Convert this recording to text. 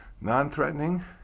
non-threatening